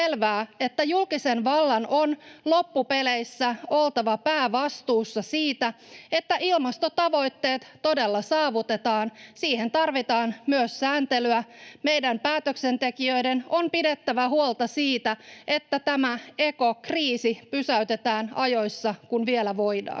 että julkisen vallan on loppupeleissä oltava päävastuussa siitä, että ilmastotavoitteet todella saavutetaan. Siihen tarvitaan myös sääntelyä. Meidän päätöksentekijöiden on pidettävä huolta siitä, että tämä ekokriisi pysäytetään ajoissa, kun vielä voidaan.